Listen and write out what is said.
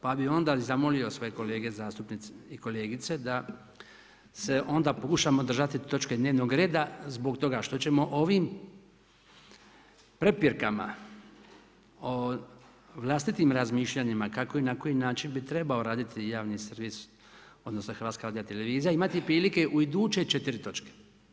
Pa bi onda zamolio sve kolege zastupnike i kolegice da se onda pokušamo držati točke dnevnoga reda zbog toga što ćemo ovim prepirkama o vlastitim razmišljanjima kako i na koji način bi trebao raditi javni servis odnosno Hrvatska radiotelevizija imati prilike u iduće četiri točke.